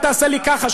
אל תעשה לי ככה,